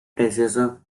precioso